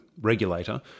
regulator